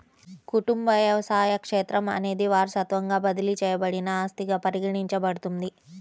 కుటుంబ వ్యవసాయ క్షేత్రం అనేది వారసత్వంగా బదిలీ చేయబడిన ఆస్తిగా పరిగణించబడుతుంది